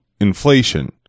inflation